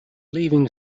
leaving